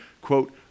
quote